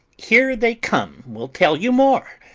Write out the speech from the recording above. here they come will tell you more.